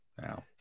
now